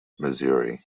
missouri